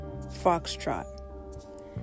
Foxtrot